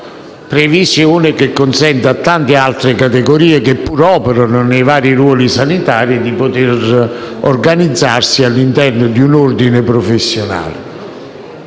previsione che consente a tante altre categorie operanti nei vari ruoli sanitari di potersi organizzare all'interno di un ordine professionale.